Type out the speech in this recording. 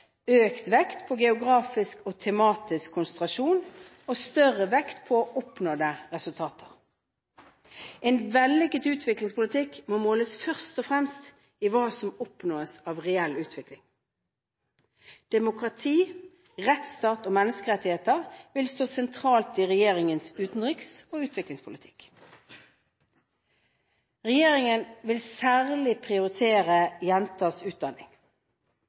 økt vekt på geografisk og tematisk konsentrasjon og større vekt på oppnådde resultater. En vellykket utviklingspolitikk må måles først og fremst i hva som oppnås av reell utvikling. Demokrati, rettsstat og menneskerettigheter vil stå sentralt i regjeringens utenriks- og utviklingspolitikk. Regjeringen vil særlig prioritere jenters utdanning.